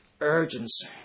urgency